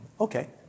okay